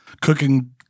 cooking